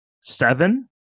seven